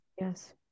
yes